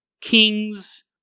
kings